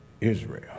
Israel